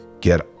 get